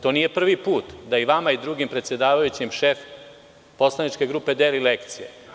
To nije prvi put da i vama i drugim predsedavajućima šef poslaničke grupe deli lekcije.